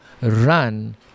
run